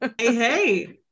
Hey